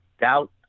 Doubt